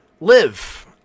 live